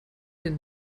den